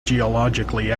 geologically